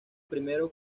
primero